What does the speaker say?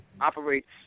operates